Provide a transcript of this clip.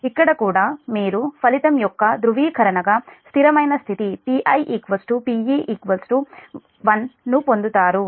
ఇక్కడ కూడా మీరు ఫలితం యొక్క ధృవీకరణగా స్థిరమైన స్థితిPiPe1 ను పొందుతారు కాబట్టి2